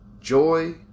joy